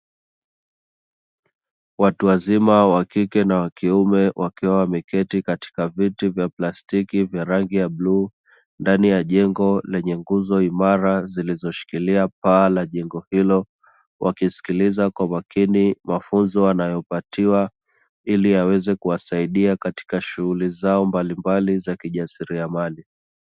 Watu wazima wa kiume kwa wa kike wakiwa wameketi katika viti vya plastiki vya rangi ya bluu ndani ya jengo lenye nguzo imara zilizo shikilia paa la jengo hilo, wakisikiliza kwa makini mafunzo wanayo patiwa ili yaweze kuwasaidia katika shughuli zao mbalimbali za kijasiriamali.